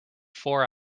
four